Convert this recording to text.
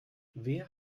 wer